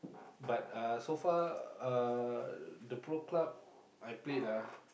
but uh so far uh the Pro Club I played ah